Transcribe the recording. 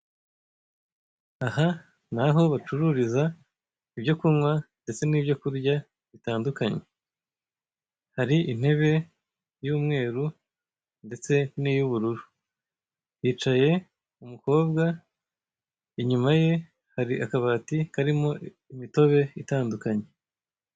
Aha ni aho bacururiza ibyo kunywa ndetse n'ibyo kurya bitandukanye. Hari intebe y'umweru ndetse n'iy'ubururu. Hicaye umukobwa, inyuma ye hari akabati karimo imitobe itandukanye.